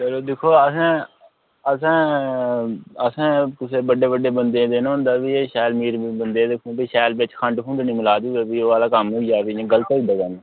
चलो दिक्खो असें असें असें कुसै ई बड्डे बड्डे बन्दे देना होंदा भी एह् शैल मीर मीर बन्दे न खंड शैल बिच खंड खुंड निं रलाई दी होऐ भी ऐमें आह्ला कम्म निं होई जा भी गल्त होई जंदा जां निं